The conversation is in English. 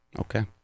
Okay